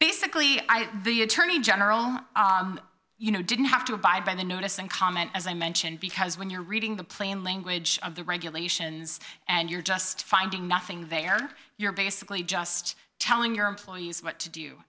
basically the attorney general you know didn't have to abide by the notice and comment as i mentioned because when you're reading the plain language of the regulations and you're just finding nothing they are you're basically just telling your employees what to do